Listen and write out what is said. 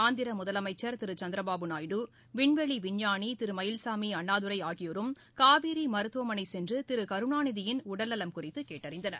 ஆந்திர முதலமைச்சா் திரு சந்திரபாபு நாயுடு விண்வெளி விஞ்ஞானி திரு மயில்சாமி அண்ணாதுரை ஆகியோரும் காவேரி மருத்துவமனை சென்று திரு கருணாநிதியின் உடல்நலம் குறித்து கேட்டறிந்தனர்